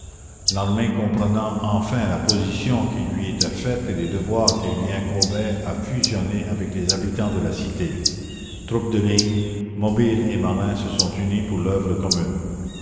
l'armée comprenant enfin la position qui lui était faite et les devoirs qui lui incombaient a fusionné avec les habitants de la cité troupes de ligne mobiles et marins se sont unis pour l'œuvre commune